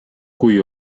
kui